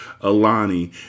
Alani